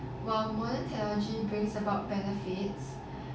while modern technology brings about benefits